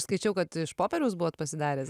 skaičiau kad iš popieriaus buvot pasidaręs